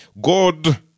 God